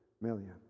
million